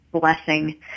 blessing